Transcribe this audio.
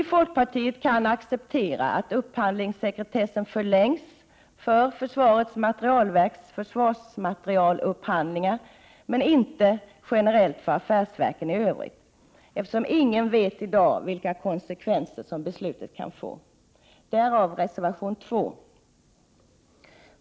Folkpartiet kan acceptera att upphandlingssekretssen förlängs när det gäller försvarets materielverks försvarsmaterielupphandlingar, men inte generellt för affärsverken i övrigt, eftersom ingen i dag vet vilka konsekvenser beslutet kan få. Därför har vi reserverat oss i reservation 2.